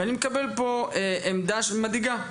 אני מקבל פה עמדה שמדאיגה,